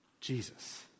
Jesus